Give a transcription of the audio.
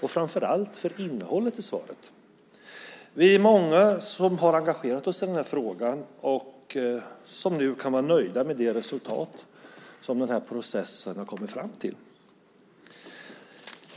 och framför allt för innehållet i svaret. Vi är många som har engagerat oss i den här frågan och som nu kan vara nöjda med det resultat som den här processen har kommit fram till.